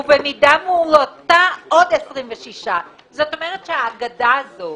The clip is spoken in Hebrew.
ובמידה מועטה - עוד 26. כלומר האגדה הזו,